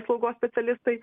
slaugos specialistai